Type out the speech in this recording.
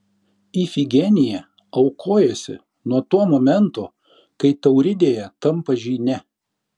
ifigenija aukojasi nuo to momento kai tauridėje tampa žyne